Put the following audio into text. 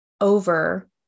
over